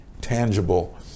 tangible